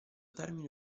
termine